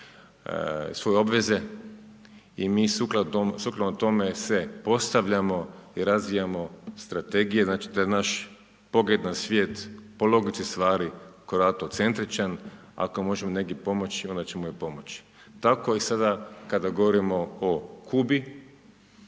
svoje obveze i mi sukladno tome se postavljamo i razvijamo strategije, znači da naš pogled na svijet po logici stvari koji je autocentričan, ako možemo negdje pomoći onda ćemo i pomoći. Tako i sada kada govorimo o Kubi